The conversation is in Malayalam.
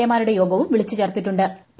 എമാരുടെ യോഗവും വിളിച്ചു ചേർത്തിട്ടു്